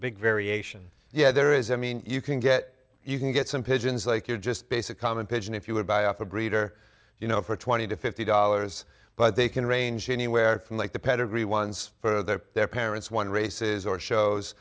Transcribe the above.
big variation yeah there is i mean you can get you can get some pigeons like your just basic common pigeon if you would buy off a breeder you know for twenty to fifty dollars but they can range anywhere from like the pedigree ones for their their parents won races or shows